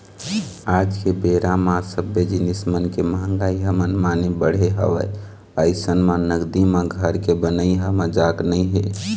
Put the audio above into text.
आज के बेरा म सब्बे जिनिस मन के मंहगाई ह मनमाने बढ़े हवय अइसन म नगदी म घर के बनई ह मजाक नइ हे